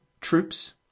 troops